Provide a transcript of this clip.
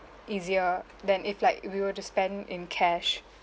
easier than if like we were to spend in cash